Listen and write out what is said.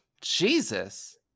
Jesus